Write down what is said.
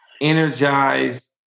energized